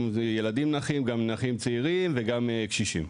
גם ילדים נכים, גם נכים צעירים וגם קשישים.